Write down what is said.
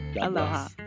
Aloha